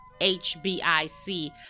HBIC